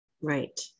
Right